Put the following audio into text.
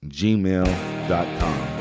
gmail.com